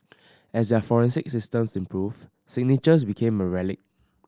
as their forensic systems improved signatures became a relic